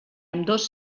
ambdós